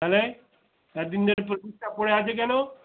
তাহলে এতদিন ধরে লিস্টটা পড়ে আছে কেন